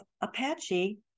Apache